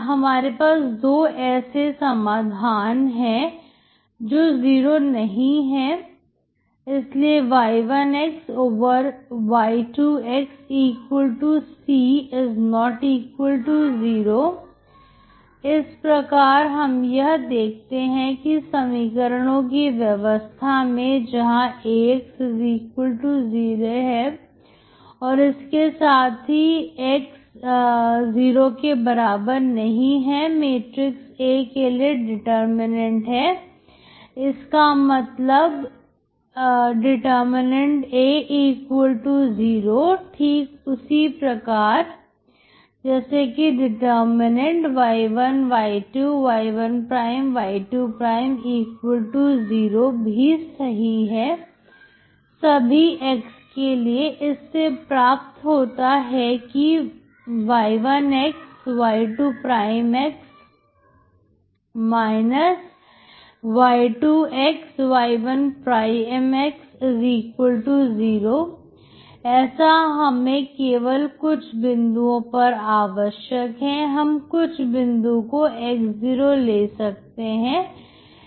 हमारे पास दो ऐसे समाधान है जो 0 नहीं है और इसलिए y1y2 c≠0 इस प्रकार हम यह देखते हैं कि समीकरणों की व्यवस्था में जहां AX0 है और इसके साथ ही X≠0 मैट्रिक A के लिए डिटर्मिननेंट है इसका मतलब A0 ठीक उसी प्रकार det y1 y2 y1 y2 0 भी सही है सभी ∀x के लिए इससे प्राप्त होता है कि y1xy2x y2xy1x0 ऐसा हमें केवल कुछ बिंदुओं पर आवश्यक है हम कुछ बिंदु को x0 ले सकते हैं